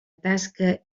tasca